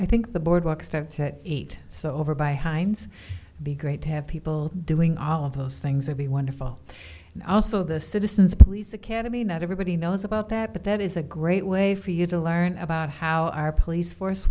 i think the boardwalk starts at eight so over by heinz be great to have people doing all of those things would be wonderful and also the citizens police academy not everybody knows about that but that is a great way for you to learn about how our police force